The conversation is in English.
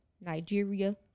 Nigeria